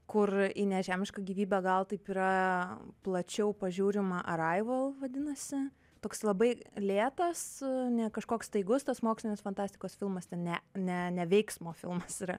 kur į nežemišką gyvybę gal taip yra plačiau pažiūrima arrival vadinasi toks labai lėtas ne kažkoks staigus tas mokslinės fantastikos filmas ten ne ne ne veiksmo filmas yra